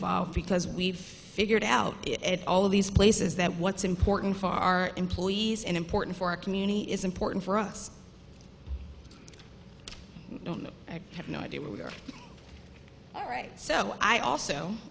involved because we've figured out it all of these places that what's important for our employees and important for our community is important for us i have no idea where we are right so i also